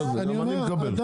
גם אני מקבל.